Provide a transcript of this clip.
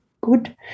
good